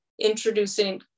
introducing